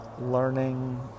learning